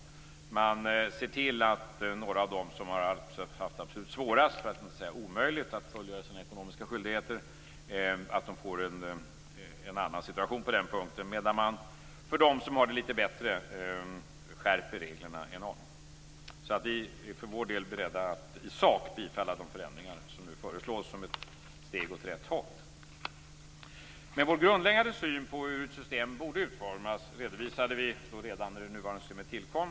Man ser till att några av dem som har haft absolut svårast, för att inte säga omöjligt, att fullgöra sina ekonomiska skyldigheter får en annan situation på den punkten. För dem som har det lite bättre skärper man reglerna en aning. Vi är för vår del beredda att i sak bifalla de förändringar som nu föreslås. Det är ett steg åt rätt håll. Men vår grundläggande syn på hur ett system borde utformas redovisade vi redan när det nuvarande systemet tillkom.